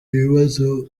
ibibazo